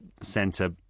Center